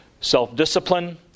self-discipline